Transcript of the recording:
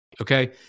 okay